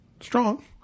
strong